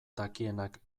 dakienak